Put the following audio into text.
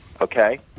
Okay